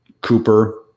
Cooper